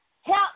Help